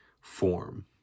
form